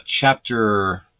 Chapter